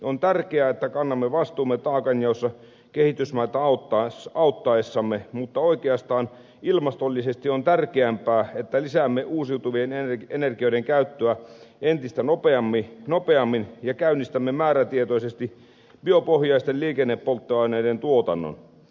on tärkeää että kannamme vastuumme taakanjaossa kehitysmaita auttaessamme mutta oikeastaan ilmastollisesti on tärkeämpää että lisäämme uusiutuvien energialähteiden käyttöä entistä nopeammin ja käynnistämme määrätietoisesti biopohjaisten liikennepolttoaineiden tuotannon